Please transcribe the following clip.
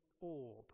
orb